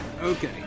Okay